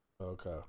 Okay